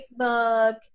Facebook